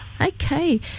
okay